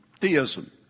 theism